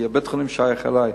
כי בית-החולים שייך אלי.